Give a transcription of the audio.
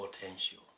potential